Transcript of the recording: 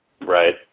Right